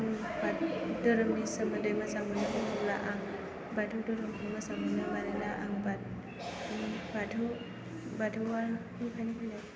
धोरोमनि सोमोन्दै मोजां मोनो बुङोब्ला आं बाथौ धोरोमखौ मोजां मोनो मानोना आं बाथौनिफ्रायनो फैनाय